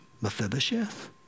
Mephibosheth